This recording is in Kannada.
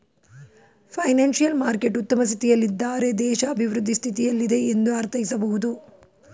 ಫೈನಾನ್ಸಿಯಲ್ ಮಾರ್ಕೆಟ್ ಉತ್ತಮ ಸ್ಥಿತಿಯಲ್ಲಿದ್ದಾರೆ ದೇಶ ಅಭಿವೃದ್ಧಿ ಸ್ಥಿತಿಯಲ್ಲಿದೆ ಎಂದು ಅರ್ಥೈಸಬಹುದು